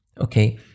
Okay